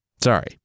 Sorry